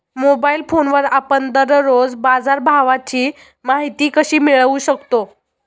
Mobile फोनवर आपण दररोज बाजारभावाची माहिती कशी मिळवू शकतो?